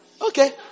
Okay